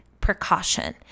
precaution